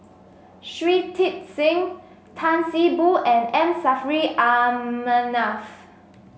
Shui Tit Sing Tan See Boo and M Saffri A Manaf